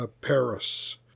Paris